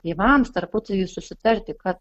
tėvams tarpusavy susitarti kad